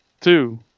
two